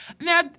now